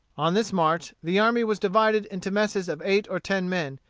on this march the army was divided into messes of eight or ten men,